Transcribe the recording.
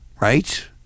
right